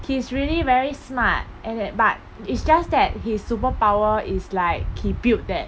he's really very smart and it but it's just that his superpower is like he build that